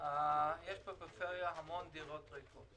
יש בפריפריה המון דירות ריקות,